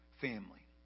family